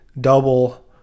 double